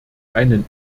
einen